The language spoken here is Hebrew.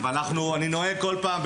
אני נוהג כל פעם,